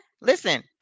Listen